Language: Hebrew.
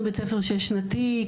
אנחנו בית ספר שש שנתי,